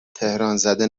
تهرانزده